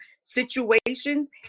situations